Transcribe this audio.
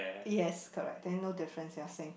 yes correct then no difference they are same